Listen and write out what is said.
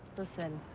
listen,